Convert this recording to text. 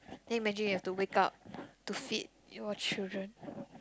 can you imagine you've to wake up to feed your children